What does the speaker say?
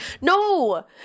no